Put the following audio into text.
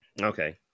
Okay